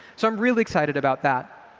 so i'm really excited about that.